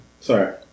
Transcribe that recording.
Sorry